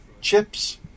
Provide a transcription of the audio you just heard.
Chips